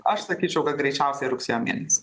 aš sakyčiau kad greičiausiai rugsėjo mėnesį